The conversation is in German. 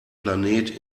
planet